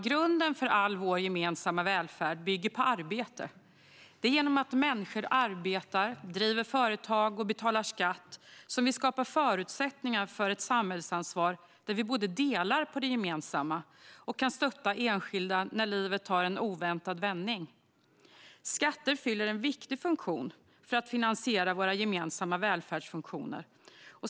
Grunden för all vår gemensamma välfärd är arbete. Det är genom att människor arbetar, driver företag och betalar skatt som vi skapar förutsättningar för ett samhällsansvar där vi både delar på det gemensamma och kan stötta enskilda när livet tar en oväntad vändning. Skatter fyller en viktig funktion för att finansiera våra gemensamma välfärdsfunktioner.